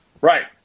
Right